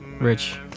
Rich